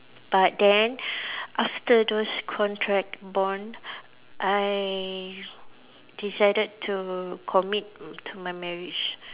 but then after those contract bond I decided to commit to my marriage